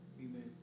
Amen